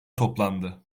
toplandı